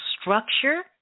structure